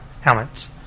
helmets